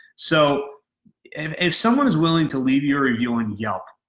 so if if someone is willing to leave you review on yelp,